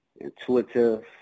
intuitive